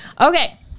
Okay